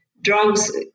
drugs